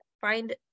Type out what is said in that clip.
Find